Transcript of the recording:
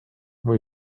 või